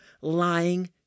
lying